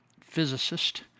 physicist